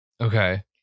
Okay